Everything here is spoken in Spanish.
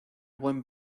buen